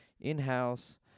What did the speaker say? in-house